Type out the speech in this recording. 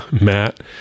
Matt